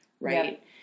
right